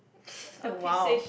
!wow!